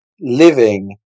Living